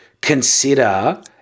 consider